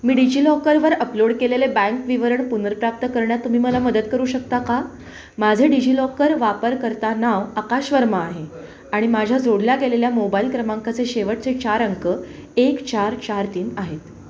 मी डिजिलॉकरवर अपलोड केलेले बँक विवरण पुनर्प्राप्त करण्यात तुम्ही मला मदत करू शकता का माझे डिजिलॉकर वापरकर्ता नाव आकाश वर्मा आहे आणि माझ्या जोडल्या गेलेल्या मोबाईल क्रमांकाचे शेवटचे चार अंक एक चार चार तीन आहेत